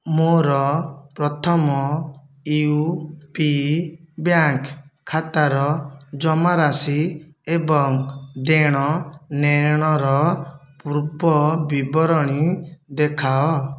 ମୋର Prathama U P bank ଖାତାର ଜମାରାଶି ଏବଂ ଦେଣନେଣର ପୂର୍ବ ବିବରଣୀ ଦେଖାଅ